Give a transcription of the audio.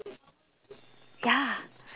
ya